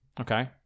Okay